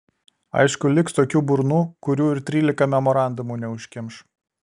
aišku liks tokių burnų kurių ir trylika memorandumų neužkimš